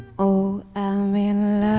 oh, i'm in